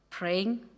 Praying